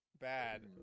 Bad